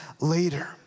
later